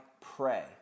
pray